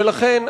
ולכן,